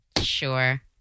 Sure